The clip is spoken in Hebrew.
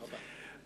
תודה רבה.